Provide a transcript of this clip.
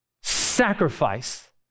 sacrifice